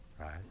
right